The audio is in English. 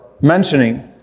mentioning